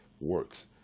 works